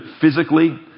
physically